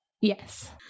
Yes